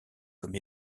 comme